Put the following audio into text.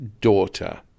daughter